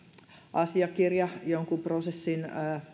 asiakirja jonkun prosessin